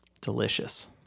Delicious